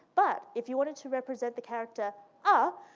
but if you wanted to represent the character ah,